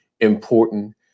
important